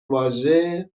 واژه